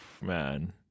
Man